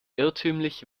irrtümlich